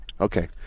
okay